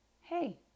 hey